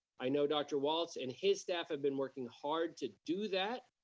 i know dr. walts and his staff have been working hard to do that.